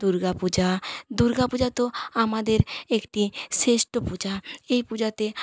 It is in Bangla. দুর্গা পূজা দুর্গা পূজা তো আমাদের একটি শ্রেষ্ঠ পূজা এই পূজাতে